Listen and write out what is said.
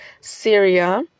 Syria